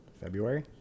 February